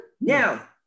Now